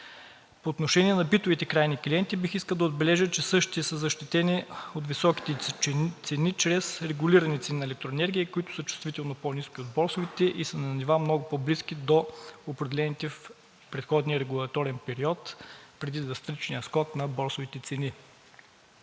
По отношение на битовите крайни клиенти бих искал да отбележа, че същите са защитени от високите цени чрез регулирани цени на електроенергия, които са чувствително по-ниски от борсовите, и са на нива, много по-близки до определените в предходния регулаторен период преди драстичния скок на борсовите цени.